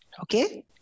okay